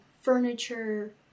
furniture